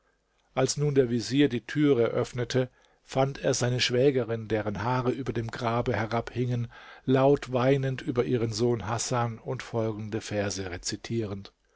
als nun der vezier die türe öffnete fand er seine schwägerin deren haare über dem grabe herabhingen laut weinend über ihren sohn hasan und folgende verse rezitierend